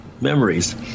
memories